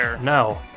No